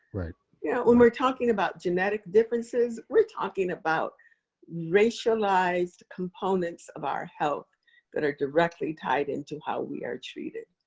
yeah when we're talking about genetic differences, we're talking about racialized components of our health that are directly tied into how we are treated.